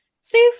Steve